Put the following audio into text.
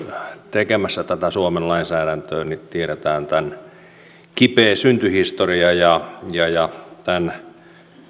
tekemässä tätä suomen lainsäädäntöä tiedämme tämän kipeän syntyhistorian ja ja tämän